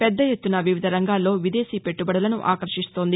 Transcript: పెద్ద ఎత్తున వివిధ రంగాల్లో విదేశీ పెట్లుబడులను ఆకర్టిస్తోంది